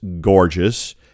gorgeous